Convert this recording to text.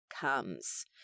comes